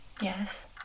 Yes